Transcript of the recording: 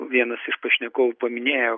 vienas iš pašnekovų paminėjo